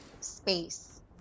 space